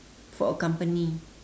for a company